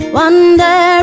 wonder